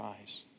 eyes